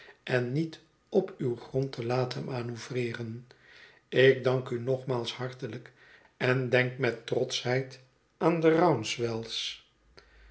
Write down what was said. en niet op uw grond te laten manoeuvreeren ik dank u nogmaals hartelijk en denk met trotschheid aan de